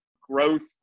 growth